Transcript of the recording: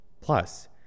Plus